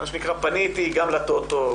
מה שנקרא פניתי גם לטוטו,